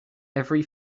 every